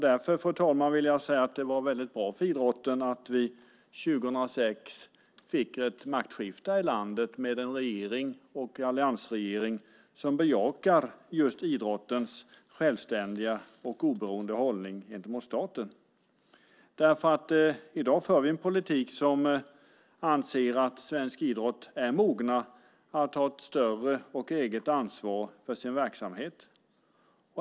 Därför, fru talman, var det bra för idrotten att vi 2006 fick ett maktskifte här i landet med en alliansregering som bejakar just idrottens självständiga och oberoende hållning gentemot staten. I dag för vi en politik där vi anser att svensk idrott är mogen att ta ett större eget ansvar för sin verksamhet.